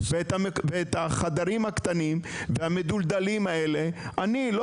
ואת החדרים הקטנים והמדולדלים האלה אני לא